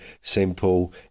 simple